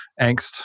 angst